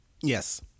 Yes